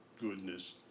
goodness